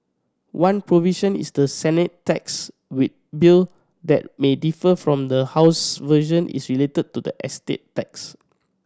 one provision is the Senate tax we bill that may differ from the House version is related to the estate tax